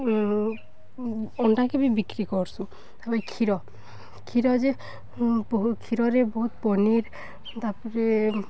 ଅଣ୍ଡାକେ ବି ବିକ୍ରି କର୍ସୁ ତା'ପରେ କ୍ଷୀର କ୍ଷୀର ଯେ ବହୁତ୍ କ୍ଷୀରରେ ବହୁତ୍ ପନିର୍ ତା'ପରେ